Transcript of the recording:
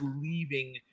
leaving